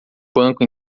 banco